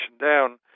down